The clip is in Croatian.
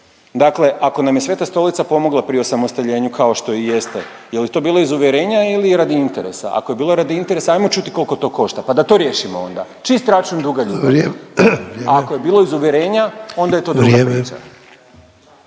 dakle ako nam je Sveta Stolica pomogla pri osamostaljenju kao što i jeste je li to bilo iz uvjerenja ili radi interesa? Ako je bilo interesa ajmo čuti koliko to košta pa da to riješimo onda. Čist račun duga ljubav. …/Upadica Ante Sanader: Vrijeme./… A ako je bilo iz uvjerenja onda je to druga priča.